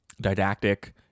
didactic